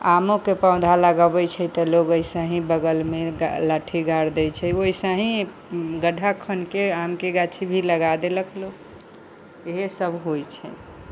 आमों के पौधा लगबै छै तऽ लोग एसे ही बगल मे लाठी गारि दै छै वैसे ही गड्ढा खुनि के आम के गाछी भी लगा देलक लोक इहे सब होइ छै